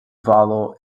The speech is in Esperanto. valo